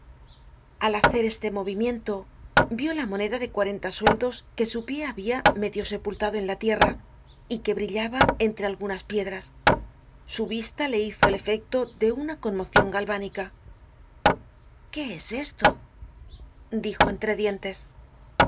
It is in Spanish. al hacer este movimiento vió la moneda de cuarenta sueldos que su pié habia medio sepultado en la tierra y que brillaba entre algunas piedras su vista le hizo el efecto de una conmocion galvánica qué es esto dijo entre dientres